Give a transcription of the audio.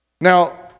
Now